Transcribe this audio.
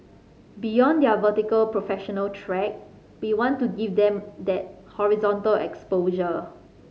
beyond their vertical professional track we want to give them that horizontal exposure